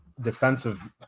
defensive